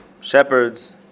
shepherds